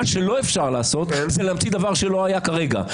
מה שלא אפשר לעשות זה להמציא דבר שלא היה כרגע.